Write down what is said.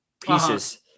pieces